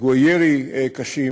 פיגועי ירי קשים,